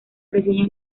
reseñas